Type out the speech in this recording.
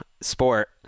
sport